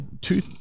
two